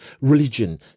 religion